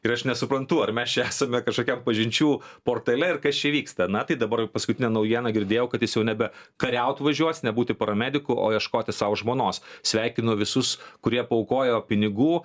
ir aš nesuprantu ar mes čia esame kažkokiam pažinčių portale ir kas čia vyksta na tai dabar jau paskutinę naujieną girdėjau kad jis jau nebe kariaut važiuos nebūti paramediku o ieškoti sau žmonos sveikinu visus kurie paaukojo pinigų